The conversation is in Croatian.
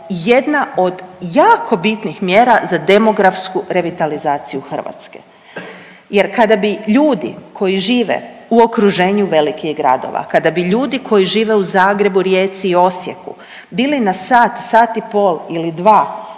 jedna od jako bitnih mjera za demografsku revitalizaciju Hrvatske, jer kada bi ljudi koji žive u okruženju velikih gradova, kada bi ljudi koji žive u okruženju velikih gradova, kada bi ljudi koji